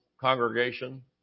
congregation